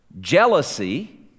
Jealousy